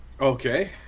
Okay